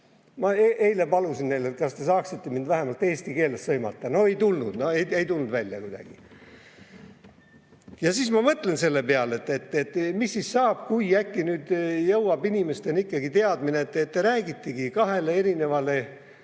Ma eile palusin neid, et kas te saaksite mind vähemalt eesti keeles sõimata. No ei tulnud! No ei tulnud kuidagi välja! Ja nii ma mõtlen selle peale, et mis siis saab, kui äkki jõuab inimesteni teadmine, et te räägitegi kahele erinevale